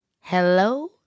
Hello